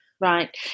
Right